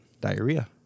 diarrhea